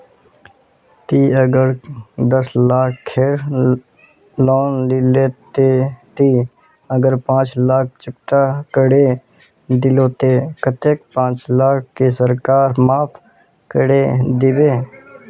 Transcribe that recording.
ती अगर दस लाख खेर लोन लिलो ते ती अगर पाँच लाख चुकता करे दिलो ते कतेक पाँच लाख की सरकार माप करे दिबे?